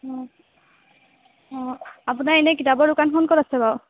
অঁ অঁ আপোনাৰ এনেই কিতাপৰ দোকানখন ক'ত আছে বাৰু